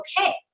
okay